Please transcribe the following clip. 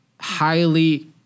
highly